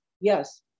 Yes